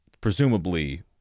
Presumably